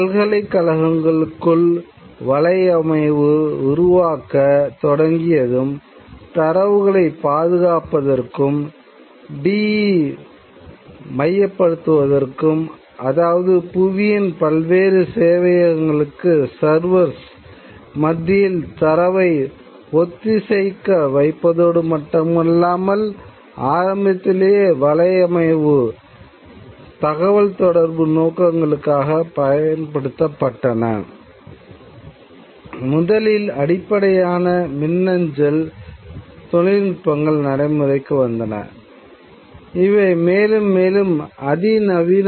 பல்கலைக்கழகங்களுக்குள் வலையமைவு உருவாக்கப்பட்டன